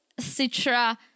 Citra